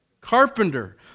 carpenter